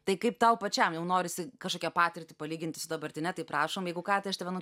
tai kaip tau pačiam jau norisi kažkokią patirtį palyginti su dabartine tai prašom jeigu ką tai aš tave nu